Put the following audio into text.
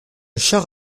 char